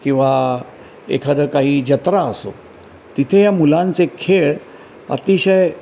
किंवा एखादं काही जत्रा असो तिथे या मुलांचे खेळ अतिशय